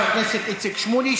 חבר הכנסת איציק שמולי,